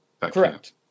Correct